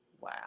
Wow